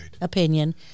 opinion